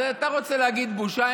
אז אתה רוצה להגיד בושה?